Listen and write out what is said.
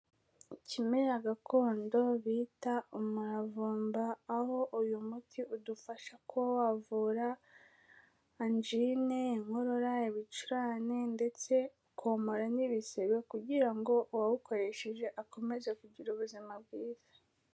Ikimera gakondo bita umuravumba, aho uyu muti udufasha kuba wavura: anjine, inkorora, ibicurane ndetse ukomora n'ibisebe; kugira ngo uwawukoresheje akomeze kugira ubuzima bwiza.